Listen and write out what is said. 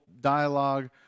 dialogue